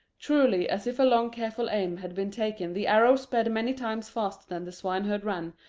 truly as if a long careful aim had been taken the arrow sped many times faster than the swineherd ran,